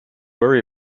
worry